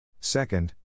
Second